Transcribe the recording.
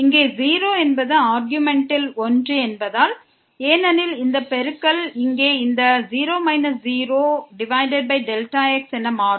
இங்கே ஆர்க்யூமென்ட்டில் ஒன்று 0 என்பதால் இந்த பெருக்கலால் இங்கே இந்த 0 0x என மாறும்